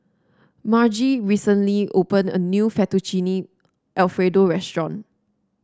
Margie recently opened a new Fettuccine Alfredo Restaurant